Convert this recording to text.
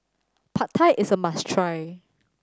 Pad Thai is a must try